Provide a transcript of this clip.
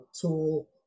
tool